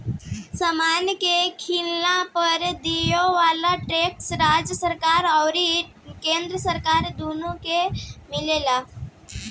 समान के किनला पर दियाये वाला टैक्स राज्य सरकार अउरी केंद्र सरकार दुनो के मिलेला